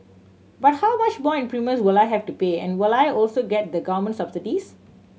but how much more in premiums will I have to pay and will I also get the government subsidies